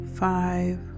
five